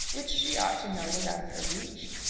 which she ought to know was out of her reach?